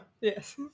Yes